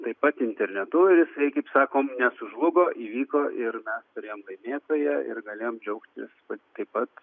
taip pat internetu jisai kaip sakom nesužlugo įvyko ir mes turėjom laimėtoją ir galėjom džiaugtis taip pat